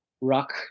rock